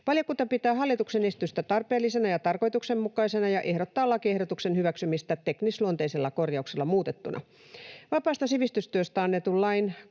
Valiokunta pitää hallituksen esitystä tarpeellisena ja tarkoituksenmukaisena ja ehdottaa lakiehdotuksen hyväksymistä teknisluonteisella korjauksella muutettuna. Vapaasta sivistystyöstä annetun lain